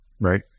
Right